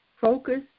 focus